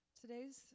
Today's